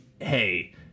hey